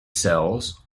cells